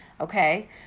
okay